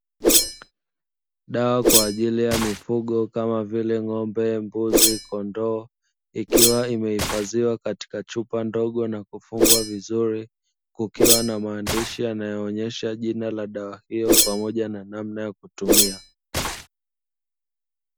Dawa kwa ajili ya mifugo kama vile: ng'ombe, mbuzi, kondoo, ikiwa imehifadhiw akatika chupa ndogo na kufungwa vizuri, kukiwa na maandishi yanayoonesha jina la dawa hiyo pamoja na namna ya kutumia.